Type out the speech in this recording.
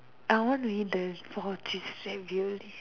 I want to eat the four cheese ravioli